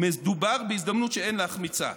"מדובר בהזדמנות שאין להחמיצה".